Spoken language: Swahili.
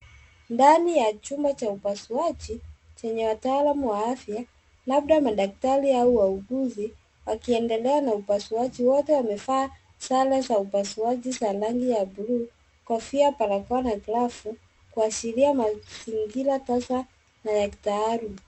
Ndani ya chumba cha upasuaji chenye wataalamu wa afya, labda madaktari au wauguzi, wakiendelea na upasuaji. Wote wamevaa sare za upasuaji za rangi ya buluu, kofia, barakoa na glavu kuashiria mazingira tasa na ya kitaalumu.